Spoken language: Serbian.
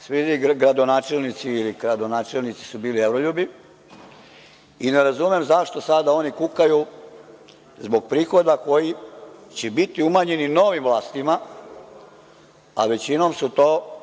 svi ti gradonačelnici ili kradonačelnici su bili „evroljubi“ i ne razumem zašto sada oni kukaju zbog prihoda koji će biti umanjeni novim vlastima, a većinom su to ljudi